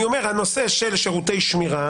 הנושא של שירותי שמירה